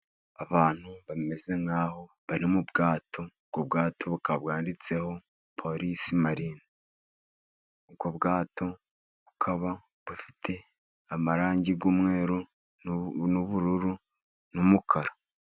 Abantu bameze nk'aho bari mu bwato, ubwo bwato bukaba bwanditseho Polisi Marine. Ubwo bwato bukaba bufite amarangi y'umweru n'ubururu n'umukara.